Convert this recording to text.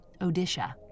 Odisha